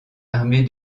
armée